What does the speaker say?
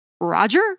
Roger